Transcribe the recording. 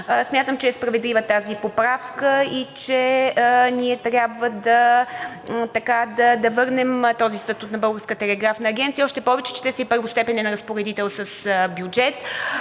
Смятам, че е справедлива тази поправка и че ние трябва да върнем този статут на Българската телеграфна агенция. Още повече, че те са и първостепенен разпоредител с бюджет.